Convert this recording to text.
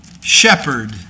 shepherd